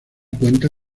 cuenta